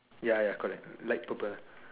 ya ya correct light purple ah